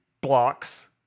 blocks